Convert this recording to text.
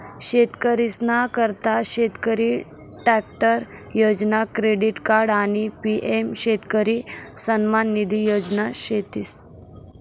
शेतकरीसना करता शेतकरी ट्रॅक्टर योजना, क्रेडिट कार्ड आणि पी.एम शेतकरी सन्मान निधी योजना शेतीस